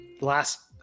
last